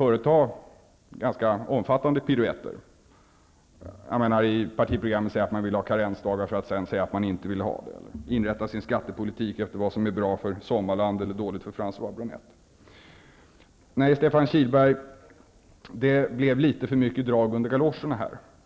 utföra ganska omfattande piruetter. I partiprogrammet säger man att man vill ha karensdagar, för att sedan säga att man inte vill ha det, och man inriktar sin skattepolitik efter vad som är bra för Sommarland eller dåligt för François Bronett. Nej, Stefan Kihlberg, det blev litet för mycket drag under galoscherna här.